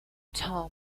tom